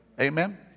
Amen